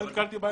לא נתקלתי בהם.